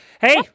hey